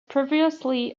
previously